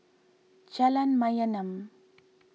Jalan Mayaanam